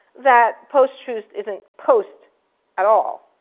that post-truth isn't post at all.